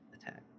attack